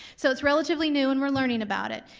so, it's relatively new, and we're learning about it.